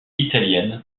italiennes